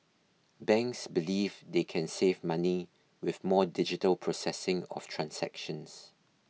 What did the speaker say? banks believe they can save money with more digital processing of transactions